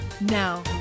Now